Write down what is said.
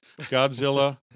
Godzilla